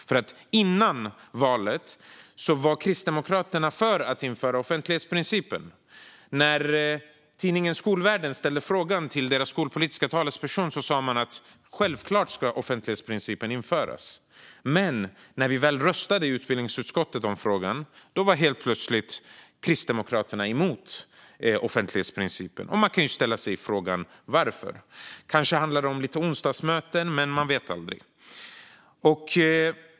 Före valet var Kristdemokraterna för att införa offentlighetsprincipen, och när tidningen Skolvärlden ställde frågan till deras skolpolitiska talesperson blev svaret: Självklart ska offentlighetsprincipen införas. Men när utbildningsutskottet röstade i frågan var Kristdemokraterna helt plötsligt emot offentlighetsprincipen. Man kan ju undra varför. Kanske handlar det om några onsdagsmöten, vem vet? Herr talman!